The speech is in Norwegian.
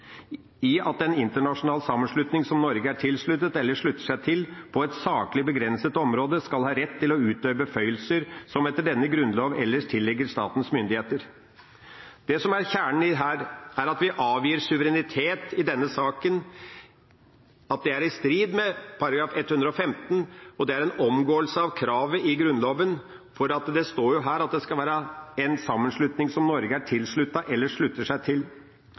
i at en internasjonal sammenslutning som Norge er tilsluttet eller slutter seg til, på et saklig begrenset område skal ha rett til å utøve beføyelser som etter denne Grunnlov ellers tilligger statens myndigheter Det som er kjernen i dette, er at vi avgir suverenitet i denne saken, at det er i strid med § 115, og det er en omgåelse av kravet i Grunnloven, for det står her at det skal være en sammenslutning som Norge er tilsluttet eller slutter seg til.